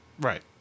right